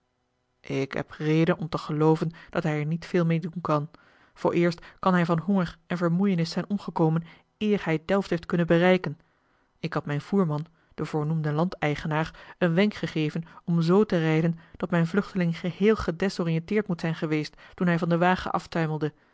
ik heb reden om te gelooven dat hij er niet veel meê doen kan vooreerst kan hij van honger en vermoeienis zijn omgekomen eer hij delft heeft kunnen bereiken ik had mijn voerman den voornoemden landeigenaar een wenk gegeven om z te rijden dat mijn vluchteling geheel gedesoriënteerd moet zijn geweest toen hij van den wagen